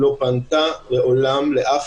דיון מהיר בנושא: "חשש להתנהלות בעייתית ואף